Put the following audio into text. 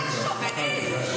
יהיה לי,